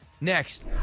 Next